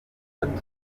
tattoo